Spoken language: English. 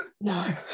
No